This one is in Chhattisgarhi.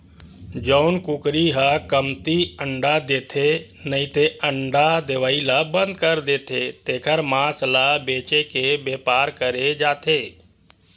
जउन कुकरी ह कमती अंडा देथे नइते अंडा देवई ल बंद कर देथे तेखर मांस ल बेचे के बेपार करे जाथे